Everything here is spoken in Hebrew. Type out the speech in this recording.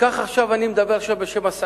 כך עכשיו אני מדבר עכשיו בשם,